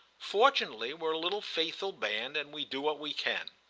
fortunately we're a little faithful band, and we do what we can.